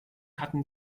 hatten